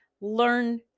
learn